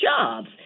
jobs